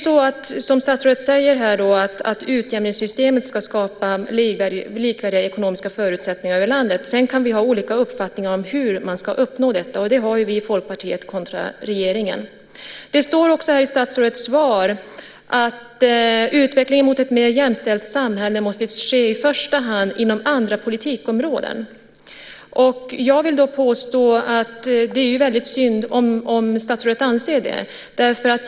Som statsrådet säger ska utjämningssystemet skapa likvärdiga ekonomiska förutsättningar över landet. Sedan kan vi ha olika uppfattningar om hur man ska uppnå detta, och det har vi i Folkpartiet kontra regeringen. Det står också i statsrådets svar att utvecklingen mot ett mer jämställt samhälle i första hand måste ske inom andra politikområden. Jag vill påstå att det är väldigt synd om statsrådet anser det.